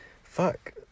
Fuck